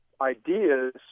ideas